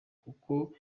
kuko